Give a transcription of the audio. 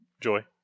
Joy